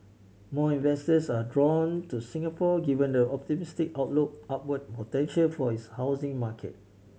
more investors are drawn to Singapore given the optimistic outlook upward potential for its housing market